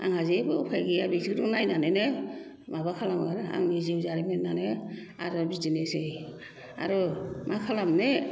आंहा जेबो उफाय गैया बेसोरखौ नायनानैनो माबा खालामो आरो आंनि जिउ जारिमिनानो आरो बिदिनोसै आरो मा खालामनो